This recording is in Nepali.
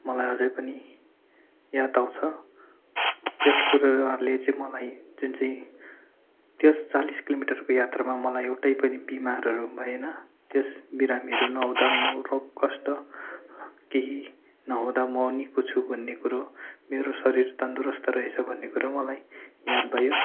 मलाई अझै पनि याद आउँछ त्यसको रहरले चाहिँ मलाई जुनचाहिँ त्यस चालिस किलोमिटरको यात्रामा मलाई एउटै पनि बिमारहरू भएन त्यस बिरामीहरू नहुँदा म रोग कष्ट केही नहुँदा म निको छु भन्ने कुरो मेरो शरीर तन्दरुस्त रहेछ भन्ने कुरा मलाई याद भयो